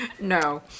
no